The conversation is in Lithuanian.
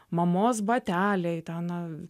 mamos bateliai ten